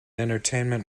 entertainment